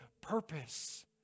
purpose